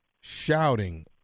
shouting